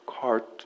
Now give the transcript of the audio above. cart